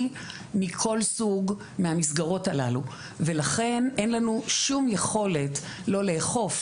מכל סוג לכן אין לנו שום יכולת לא לאכוף,